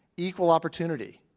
equal opportunity,